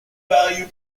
value